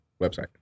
website